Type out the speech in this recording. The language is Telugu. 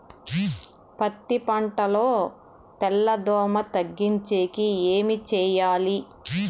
పత్తి పంటలో తెల్ల దోమల తగ్గించేకి ఏమి చేయాలి?